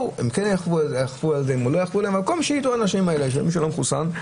כן יאכפו או לא יאכפו, שידע מי שלא מחוסן,